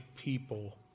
people